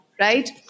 right